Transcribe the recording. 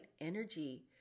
energy